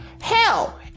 Hell